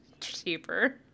cheaper